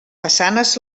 façanes